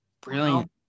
Brilliant